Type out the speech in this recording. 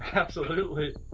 absolutely!